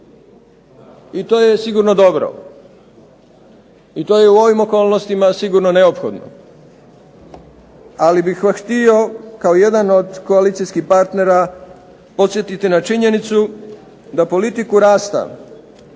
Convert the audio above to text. i to je sigurno dobro i to je u ovim okolnostima sigurno neophodno. Ali bih vam htio kao jedan od koalicijskih partnera podsjetiti na činjenicu da politiku rasta